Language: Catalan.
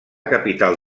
capital